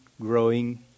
growing